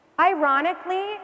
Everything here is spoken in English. Ironically